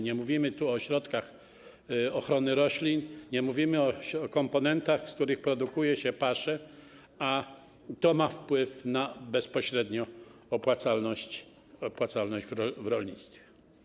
Nie mówimy tu o środkach ochrony roślin, nie mówimy o komponentach, z których produkuje się pasze, a to ma wpływ bezpośrednio na opłacalność w rolnictwie.